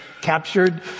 captured